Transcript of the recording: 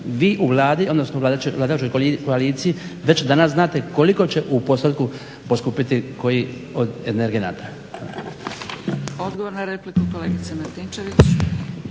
Vi u Vladi, odnosno vladajućoj koaliciji već danas znate koliko će u postotku poskupiti koji od energenata.